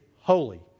holy